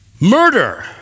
Murder